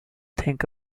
think